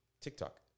TikTok